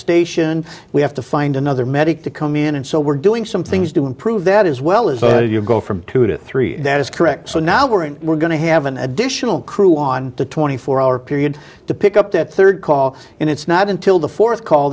station we have to find another medic to come in and so we're doing some things to improve that as well as you go from two to three that is correct so now we're in we're going to have an additional crew on the twenty four hour period to pick up that third call and it's not until the fourth call